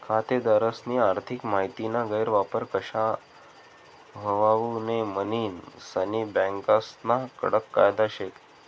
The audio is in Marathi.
खातेदारस्नी आर्थिक माहितीना गैरवापर कशा व्हवावू नै म्हनीन सनी बँकास्ना कडक कायदा शेत